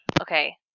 Okay